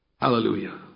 Hallelujah